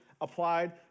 applied